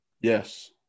Yes